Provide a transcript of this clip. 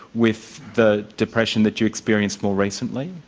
with the depression that you experienced more recently?